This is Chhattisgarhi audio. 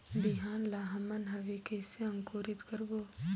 बिहान ला हमन हवे कइसे अंकुरित करबो?